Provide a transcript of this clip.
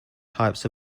types